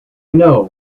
know